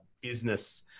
business